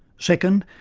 second,